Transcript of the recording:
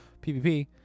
pvp